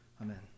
Amen